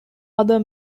other